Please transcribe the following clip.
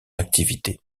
activité